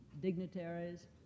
dignitaries